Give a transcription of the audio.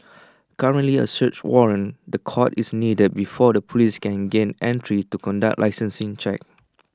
currently A search warrant the courts is needed before the Police can gain entry to conduct licensing checks